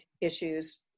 issues